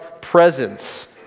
presence